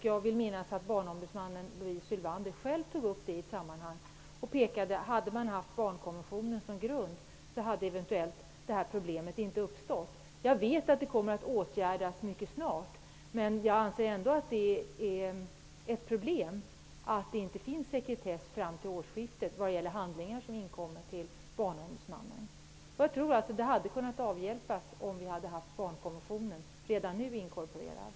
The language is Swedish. Jag vill minnas att Barnombudsmannen, Louise Sylwander, själv tog upp det i ett sammanhang och sade att det problemet eventuellt inte hade uppstått om man hade haft barnkonventionen som grund. Jag vet att det här kommer att åtgärdas mycket snart. Men det är ändå ett problem att det fram till årsskiftet inte finns någon sekretess för handlingar som inkommer till Barnombudsmannen. Jag tror alltså att detta problem hade kunnat avhjälpas om vi redan nu hade haft barnkonventionen inkorporerad.